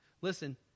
Listen